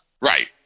Right